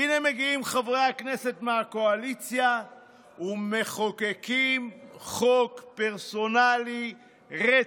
הינה מגיעים חברי הכנסת מהקואליציה ומחוקקים חוק פרסונלי רטרו.